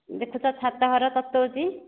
ଦେଖୁଛ ଛାତ ଘର ତତଉଛି